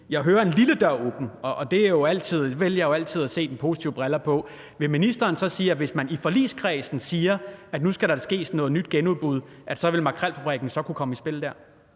der står en lille dør åben, og jeg vælger jo altid at se det med positive briller på, så vil ministeren så sige, at hvis man i forligskredsen siger, at nu skal der laves et genudbud, så vil Makrelfabrikken kunne komme i spil der?